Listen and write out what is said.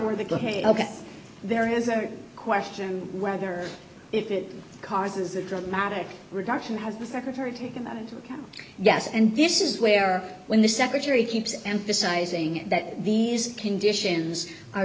were the ok there has a question whether if it causes a dramatic reduction has the secretary taken that into account yes and this is where when the secretary keeps emphasizing that these conditions are